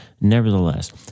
Nevertheless